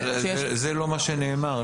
זה לא מה שנאמר.